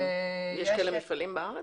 יש כאלה מפעלים בארץ?